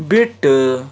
بِٹہٕ